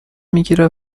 میگیره